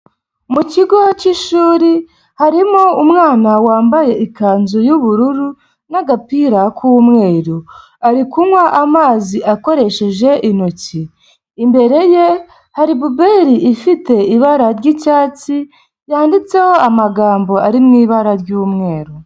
Mu kigo cy'ishuri harimo umwana wambaye ikanzu y'ubururu n'agapira k'umweru, ari kunywa amazi akoresheje intoki, imbere ye hari puberi ifite ibara ry'icyatsi, yanditseho amagambo ari mu ibara ry'umweru.